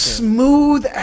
smooth